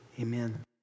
amen